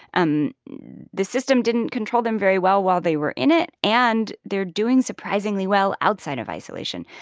um the system didn't control them very well while they were in it. and they're doing surprisingly well outside of isolation.